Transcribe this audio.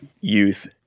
youth